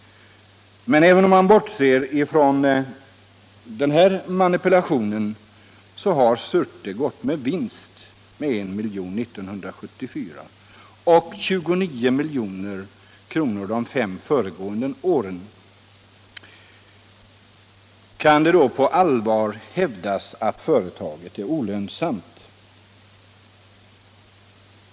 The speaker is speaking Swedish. Men även om man bortser från denna manipulation har Surte gått med en vinst på 1 milj.kr. 1974 och 29 milj.kr. de fem föregående åren. Kan det då på allvar hävdas att företaget är olönsamt?